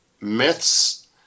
myths